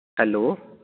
hello